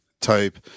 type